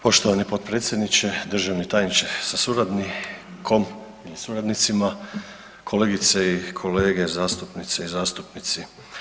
Poštovani potpredsjedniče, državni tajniče sa suradnicima, kolegice i kolege zastupnice i zastupnici.